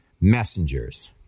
messengers